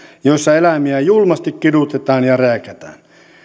joissa eläimiä julmasti kidutetaan ja rääkätään